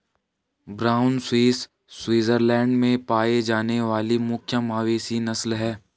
brown Swiss Switzerland में पाई जाने वाली मुख्य मवेशी नस्ल है